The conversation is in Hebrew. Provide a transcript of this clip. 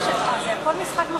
ששייך לאופוזיציה זה לא חשוב.